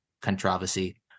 controversy